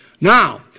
Now